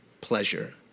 pleasure